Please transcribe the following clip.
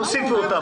תוסיפו אותם.